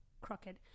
crooked